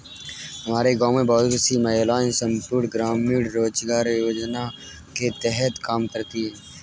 हमारे गांव में बहुत सी महिलाएं संपूर्ण ग्रामीण रोजगार योजना के तहत काम करती हैं